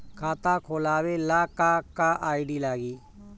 खाता खोलाबे ला का का आइडी लागी?